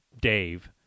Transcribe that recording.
Dave